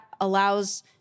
allows